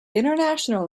international